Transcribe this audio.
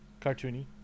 cartoony